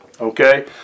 Okay